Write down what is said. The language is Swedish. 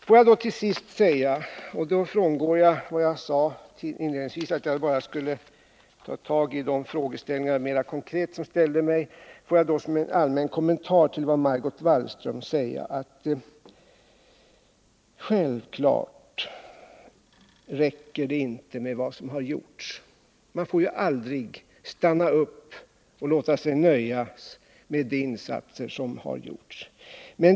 Får jag till sist — och då frångår jag vad jag sade inledningsvis om att jag bara skulle ta tag i de mera konkreta frågor som ställdes till mig — som en allmän kommentar till Margot Wallström säga att det självfallet inte räcker med vad som redan gjorts; man får ju aldrig stanna upp och låta sig nöja med de insatser som har gjorts.